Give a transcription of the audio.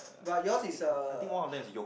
but yours is a